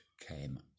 came